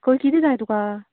खंय कितें जाय तुका